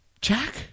Jack